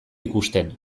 ikusten